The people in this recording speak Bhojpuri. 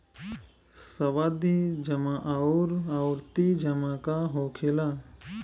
सावधि जमा आउर आवर्ती जमा का होखेला?